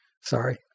Sorry